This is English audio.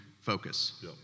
focus